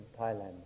Thailand